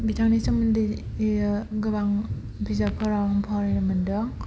बिथांनि सोमोन्दै गोबां बिजाबफोराव फरायनो मोन्दों